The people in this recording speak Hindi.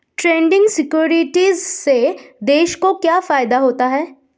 ट्रेडिंग सिक्योरिटीज़ से देश को क्या फायदा होता है?